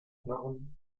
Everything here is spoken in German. knochen